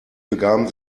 begaben